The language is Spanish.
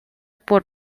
por